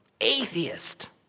atheist